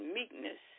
meekness